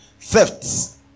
thefts